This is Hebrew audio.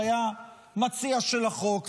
שהיה מציע של החוק,